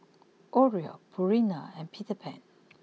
Oreo Purina and Peter Pan